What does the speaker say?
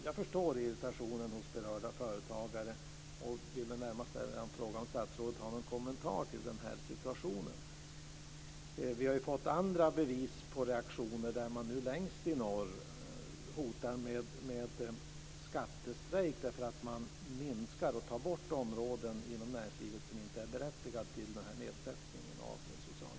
Jag förstår irritationen hos berörda företagare. Har statsrådet någon kommentar till den här situationen? Det har också kommit andra reaktioner. Längst i norr hotas det med skattestrejk därför att man minskar eller tar bort områden inom näringslivet som är berättigade till denna nedsättning.